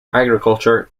agriculture